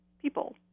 people